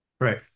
Right